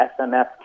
SMS